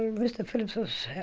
mr phillips was.